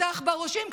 את העכברושים,